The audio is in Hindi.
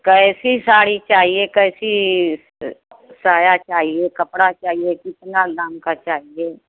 कैसी साड़ी चाहिए कैसी साया चाहिए कपड़ा चाहिए कितना दाम का चाहिए